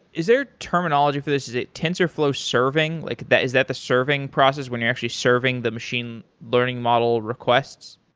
is there a terminology for this? is it tensorflow serving? like is that the serving process when you're actually serving the machine learning model requests?